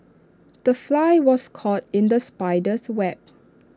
the fly was caught in the spider's web